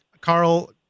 Carl